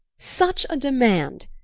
such a demand!